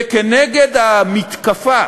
וכנגד המתקפה